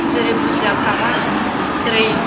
जेरै बुजियाफ्रामा जेरै